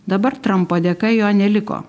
dabar trampo dėka jo neliko